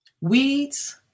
Weeds